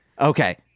Okay